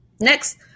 Next